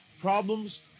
problems